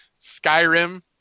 Skyrim